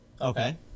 Okay